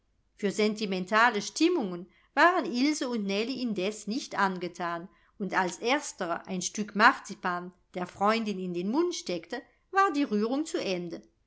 für sentimentale stimmungen waren ilse und nellie indes nicht angethan und als erstere ein stück marzipan der freundin in den mund steckte war die rührung zu ende